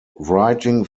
writing